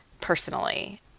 personally